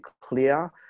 clear